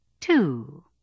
Two